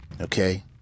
Okay